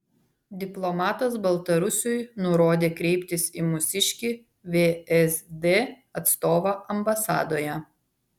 diplomatas baltarusiui nurodė kreiptis į mūsiškį vsd atstovą ambasadoje